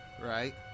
right